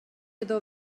iddo